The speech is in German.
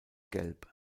gelb